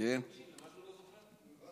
מה דודו אומר?